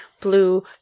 blue